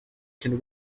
can